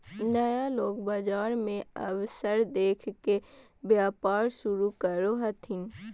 नया लोग बाजार मे अवसर देख के व्यापार शुरू करो हथिन